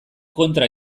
kontra